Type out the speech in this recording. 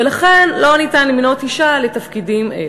ולכן אין אפשרות למנות אישה לתפקידים אלה,